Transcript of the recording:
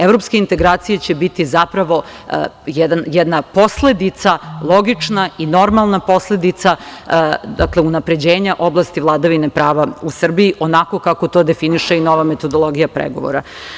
Evropske integracije će biti zapravo jedna posledica logična i normalna posledica unapređenja oblasti vladavine prava u Srbiji onako kako to definiše i nova metodologija pregovora.